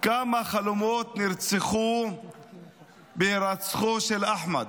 כמה חלומות נרצחו בהירצחו של אחמד.